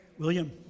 William